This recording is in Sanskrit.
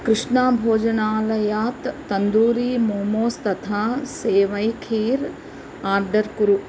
कृष्णाभोजनालयात् तन्दूरी मोमोस् तथा सेवै खीर् आर्डर् कुरु